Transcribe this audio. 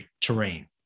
terrain